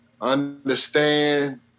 understand